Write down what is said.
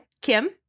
Kim